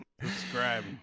Subscribe